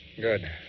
Good